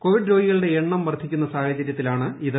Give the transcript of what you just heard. Covid രോഗികളുടെ എണ്ണം വർധിക്കുന്ന സാഹചര്യത്തിലാണിത്